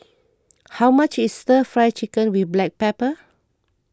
how much is Stir Fry Chicken with Black Pepper